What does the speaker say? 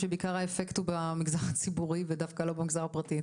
שעיקר האפקט הוא במגזר הציבורי ודווקא לא במגזר הפרטי.